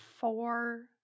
four